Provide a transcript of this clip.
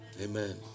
amen